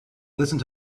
listened